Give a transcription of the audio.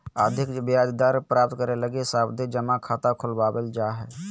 अधिक ब्याज दर प्राप्त करे लगी सावधि जमा खाता खुलवावल जा हय